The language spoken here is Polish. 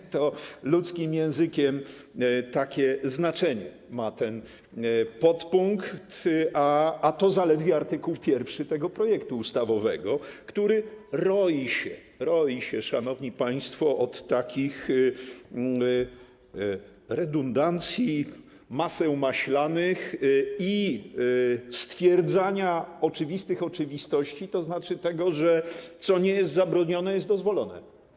W ludzkim języku takie znaczenie ma ten podpunkt, a to zaledwie art. 1 tego projektu ustawy, który roi się, szanowni państwo, od takich redundancji, maseł maślanych i stwierdzania oczywistych oczywistości, tzn. tego, że co nie jest zabronione, jest dozwolone.